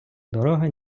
дорога